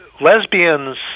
lesbians